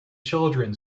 children